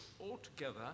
altogether